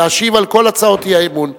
להשיב על כל הצעות האי-אמון.